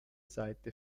seite